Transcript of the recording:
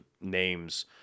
names